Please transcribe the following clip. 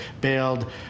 bailed